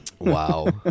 Wow